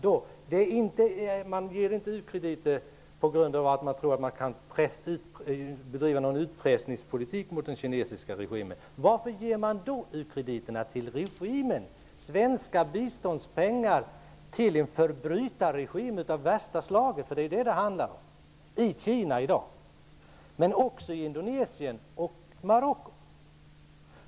Om man inte ger u-krediter på grund av att man tror att man kan bedriva en utpressningspolitik gentemot den kinesiska regimen, varför ger man då dessa u-krediter? Det handlar om att ge svenska biståndspengar till en förbrytarregim av värsta slag, den som finns i Kina i dag. Men det handlar också om Indonesien och Marocko.